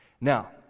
Now